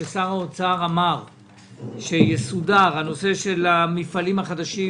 כששר האוצר אמר שיסודר הנושא של המפעלים החדשים